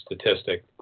statistic